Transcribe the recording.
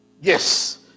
Yes